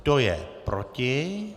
Kdo je proti?